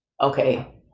Okay